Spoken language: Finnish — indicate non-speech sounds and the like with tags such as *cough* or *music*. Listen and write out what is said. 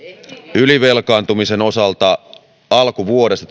ylivelkaantumisen osalta alkuvuodesta *unintelligible*